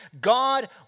God